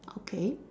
okay